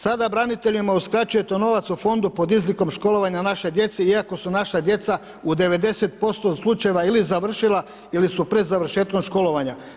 Sada braniteljima uskraćujete novac u fondu pod izlikom školovanja naše djece iako su naša djeca u 90% slučajeva ili završila ili su pred završetkom školovanja.